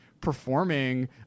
performing